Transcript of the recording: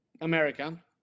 america